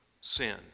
sin